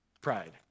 pride